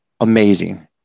amazing